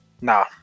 Nah